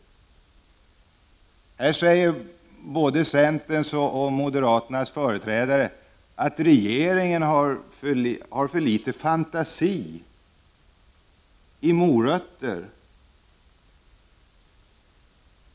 Här säger både centerns och moderaternas företrädare att regeringen har för litet fantasi då det gäller att skapa ”morötter”.